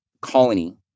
colony